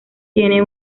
tiene